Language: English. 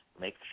Make